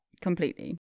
completely